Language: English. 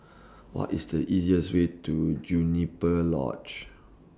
What IS The easiest Way to Juniper Lodge